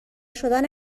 شدن